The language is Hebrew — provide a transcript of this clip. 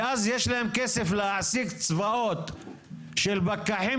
ואז יש להם כסף להוסיף צבאות של פקחים,